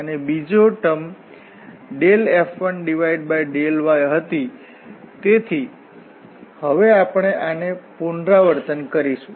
અને બીજો term F1∂y હતી તેથી હવે આપણે આને પુનરાવર્તન કરીશું